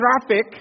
traffic